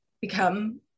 become